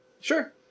Sure